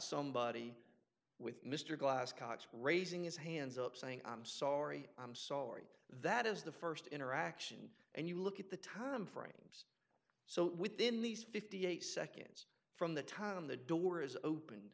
somebody with mr glascock raising his hands up saying i'm sorry i'm sorry that is the first interaction and you look at the time frames so within these fifty eight seconds from the time the door is open